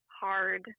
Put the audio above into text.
hard